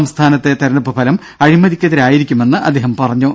സംസ്ഥാനത്തെ തിരഞ്ഞെടുപ്പ് ഫലം അഴിമതിക്കെതിരെ ആയിരിക്കുമെന്ന് അദ്ദേഹം പറഞ്ഞു